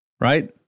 right